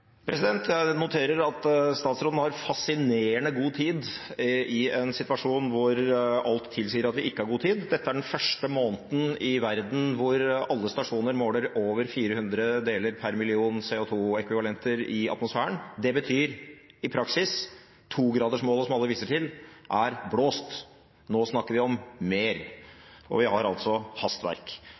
Jeg noterer at statsråden har fascinerende god tid i en situasjon hvor alt tilsier at vi ikke har god tid. Dette er den første måneden i verden hvor alle stasjoner måler over 400 deler per million CO2-ekvivalenter i atmosfæren. Det betyr i praksis at 2-gradersmålet, som alle viser til, er blåst. Nå snakker vi om mer, og vi har altså hastverk.